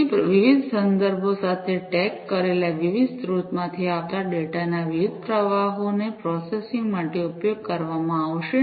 તેથી વિવિધ સંદર્ભો સાથે ટૅગ કરેલા વિવિધ સ્રોતોમાંથી આવતા ડેટાના વિવિધ પ્રવાહોનો પ્રોસેસિંગ માટે ઉપયોગ કરવામાં આવશે